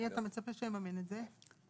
מי אתה מצפה שיממן את זה?